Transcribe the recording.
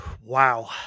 Wow